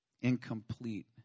incomplete